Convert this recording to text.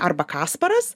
arba kasparas